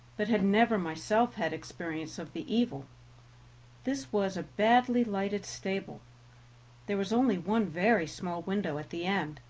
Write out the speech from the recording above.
but had never myself had experience of the evil this was a badly-lighted stable there was only one very small window at the end,